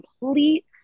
complete